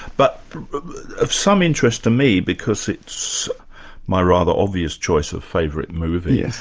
but of some interest to me because it's my rather obvious choice of favourite movie,